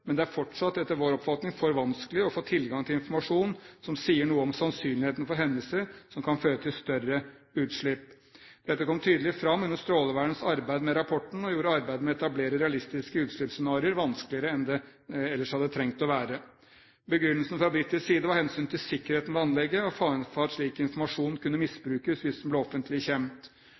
men det er fortsatt, etter vår oppfatning, for vanskelig å få tilgang til informasjon som sier noe om sannsynligheten for hendelser som kan føre til større utslipp. Dette kom tydelig fram under Strålevernets arbeid med rapporten og gjorde arbeidet med å etablere realistiske utslippsscenarioer vanskeligere enn det ellers hadde trengt å være. Begrunnelsen fra britisk side var hensynet til sikkerheten ved anlegget og faren for at slik informasjon kunne misbrukes om den ble offentlig kjent.